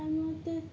এমনিতে